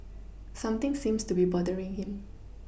something seems to be bothering him